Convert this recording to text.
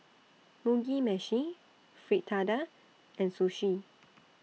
Mugi Meshi Fritada and Sushi